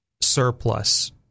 surplus